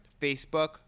Facebook